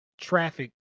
traffic